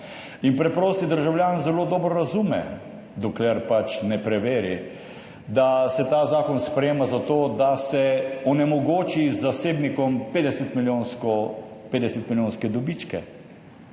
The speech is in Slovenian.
in preprosti državljan zelo dobro razume, dokler ne preveri, da se ta zakon sprejema zato, da se onemogoči zasebnikom 50 milijonske dobičke.